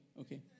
Okay